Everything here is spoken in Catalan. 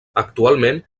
actualment